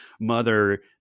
Mother